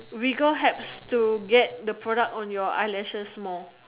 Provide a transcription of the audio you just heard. wriggle have to get the product on your eyelashes more